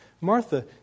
Martha